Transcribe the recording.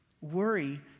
Worry